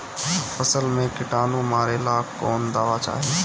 फसल में किटानु मारेला कौन दावा चाही?